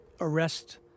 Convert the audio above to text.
arrest